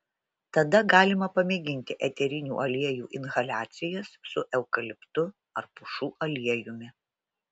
tada galima pamėginti eterinių aliejų inhaliacijas su eukaliptu ar pušų aliejumi